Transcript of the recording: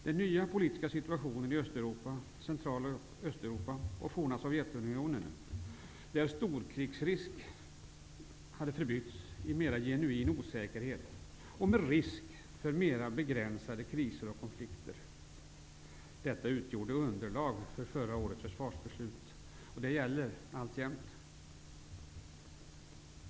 Den nya politiska situationen i Central och Östeuropa och det forna Sovjetunionen, där storkrigsrisk hade förbytts i genuin osäkerhet med risk för mera begränsade kriser och konflikter, utgjorde underlag för förra årets försvarsbeslut, och den gäller alltjämt.